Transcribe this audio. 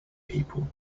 people